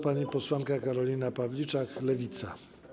Pani posłanka Karolina Pawliczak, Lewica.